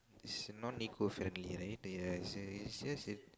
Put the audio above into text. is non eco-friendly right ya is just is just that